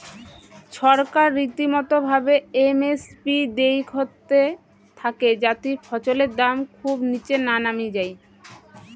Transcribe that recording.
ছরকার রীতিমতো ভাবে এম এস পি দেইখতে থাকে যাতি ফছলের দাম খুব নিচে না নামি যাই